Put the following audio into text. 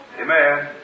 Amen